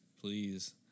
please